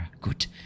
Good